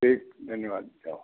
ठीक धन्यवाद जाओ